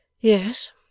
Yes